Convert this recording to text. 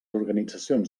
organitzacions